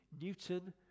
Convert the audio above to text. Newton